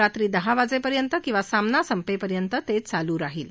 रात्री दहा वाजेपर्यंत किवा सामना संपेपर्यंत ते चालू राहील